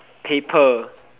paper